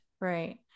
right